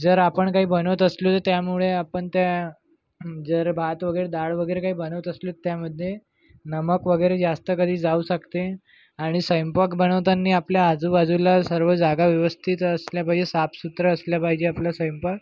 जर आपण काही बनवत असलो त्यामुळे आपण त्या जर भात वगैरे डाळ वगैरे काही बनवत असलो त्यामध्ये नमक वगैरे जास्त कधी जाऊ शकते आणि स्वयंपाक बनवताना आपल्या आजूबाजूला सर्व जागा व्यवस्थित असल्या पाहिजे साफसुथरं असल्या पाहिजे आपलं स्वयंपाक